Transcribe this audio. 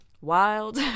wild